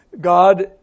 God